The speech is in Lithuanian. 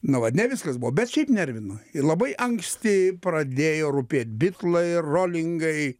nu vat ne viskas buvo bet šiaip nervino ir labai anksti pradėjo rūpėt bitlai rolingai